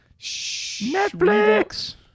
Netflix